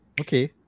okay